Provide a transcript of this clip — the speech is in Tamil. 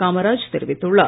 காமராஜ் தெரிவித்துள்ளார்